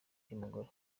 ry’umugore